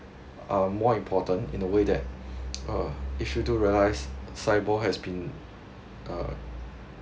are more important in a way that uh if you do realise SIBOR has been uh